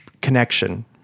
connection